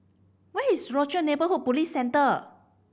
where is Rochor Neighborhood Police Centre